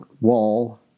wall